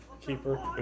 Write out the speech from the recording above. keeper